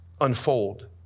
unfold